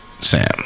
Sam